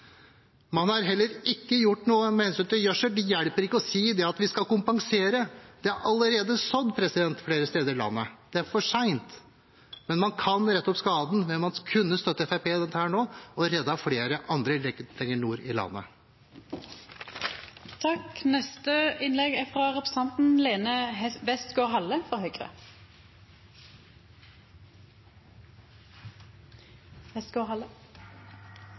Man har heller ikke gjort noe med hensyn til gjødsel. Det hjelper ikke å si at vi skal kompensere. Det er allerede sådd flere steder i landet, det er for sent. Men man kan rette opp skaden ved at man kunne støttet Fremskrittspartiet i dette nå og reddet flere andre lenger nord i landet.